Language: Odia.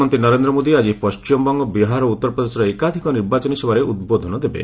ପ୍ରଧାନମନ୍ତ୍ରୀ ନରେନ୍ଦ୍ର ମୋଦି ଆଜି ପଶ୍ଚିମବଙ୍ଗ ବିହାର ଓ ଉତ୍ତରପ୍ରଦେଶର ଏକାଧିକ ନିର୍ବାଚନୀ ସଭାରେ ଉଦ୍ବୋଧନ ଦେବେ